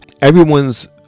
everyone's